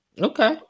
Okay